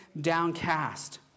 downcast